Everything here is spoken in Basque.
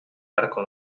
beharko